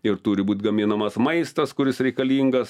ir turi būt gaminamas maistas kuris reikalingas